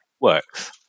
works